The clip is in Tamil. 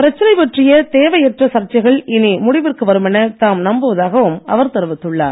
பிரச்சனை பற்றிய தேவையற்ற சர்ச்சைகள் இனி முடிவிற்கு வருமென தாம் நம்புவதாகவும் அவர் தெரிவித்துள்ளார்